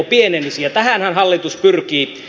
ja tähänhän hallitus pyrkii